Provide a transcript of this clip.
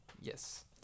Yes